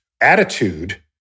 attitude